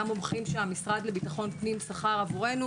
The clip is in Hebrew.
גם מומחים שהמשרד לביטחון פנים שכר עבורנו